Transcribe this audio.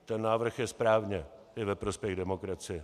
Ten návrh je správně, je ve prospěch demokracie.